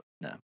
No